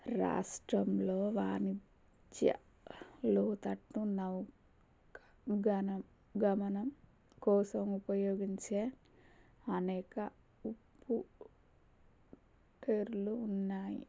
రాష్ట్రంలో వాణిజ్య లోతట్టు నౌక గనం గమనం కోసం ఉపయోగించే అనేక ఉప్పుటేరులు ఉన్నాయి